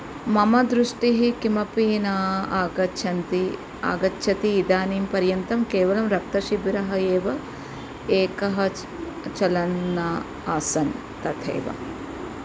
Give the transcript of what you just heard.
मम दृष्टिः किमपि न आगच्छन्ति आगच्छति इदानिं पर्यन्तं केवलं रक्तशिबिरः एव एकः च चलन् आसन् तथैव